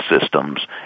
systems